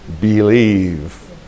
believe